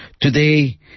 Today